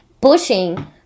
pushing